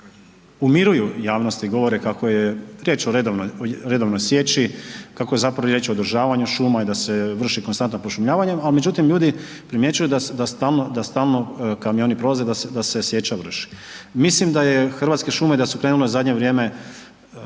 umiruju javnost i govore kako je riječ o redovnoj, o redovnoj sječi, kako je zapravo riječ o održavanju šuma i da se vrši konstantno pošumljavanje, al' međutim ljudi primjećuju da stalno kamioni prolaze, da se sječa vrši. Mislim da je, Hrvatske šume da su krenule u zadnje vrijeme